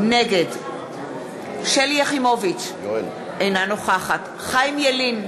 נגד שלי יחימוביץ, אינה נוכחת חיים ילין,